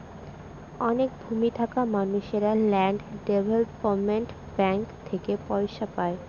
অনেক ভূমি থাকা মানুষেরা ল্যান্ড ডেভেলপমেন্ট ব্যাঙ্ক থেকে পয়সা পায়